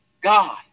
God